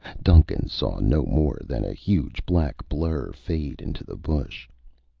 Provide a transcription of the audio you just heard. duncan saw no more than a huge black blur fade into the bush.